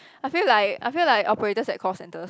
I feel like I feel like operators at call centres